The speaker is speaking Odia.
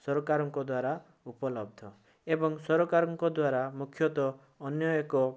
ସରକାରଙ୍କ ଦ୍ଵାରା ଉପଲବ୍ଧ ଏବଂ ସରକାରଙ୍କ ଦ୍ୱାରା ମୁଖ୍ୟତଃ ଅନ୍ୟ ଏକ